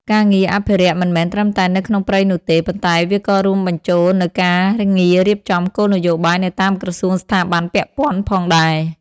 ការងារអភិរក្សមិនមែនត្រឹមតែនៅក្នុងព្រៃនោះទេ ប៉ុន្តែវាក៏រួមបញ្ចូលនូវការងាររៀបចំគោលនយោបាយនៅតាមក្រសួងស្ថាប័នពាក់ព័ន្ធផងដែរ។